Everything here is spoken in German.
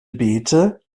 beete